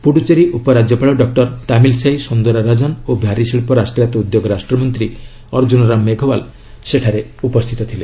ପୁଡୁଚେରୀ ଉପରାଜ୍ୟପାଳ doctor Tamilisai Soundararajan ଓ ଭାରିଶିଳ୍ପ ରାଷ୍ଟ୍ରାୟତ୍ତ ଉଦ୍ୟୋଗ ରାଷ୍ଟ୍ରମନ୍ତ୍ରୀ ଅର୍ଜୁନ ରାମ ମେଘୱାଲ ସେଠାରେ ଉପସ୍ଥିତ ଥିଲେ